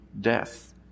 death